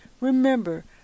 Remember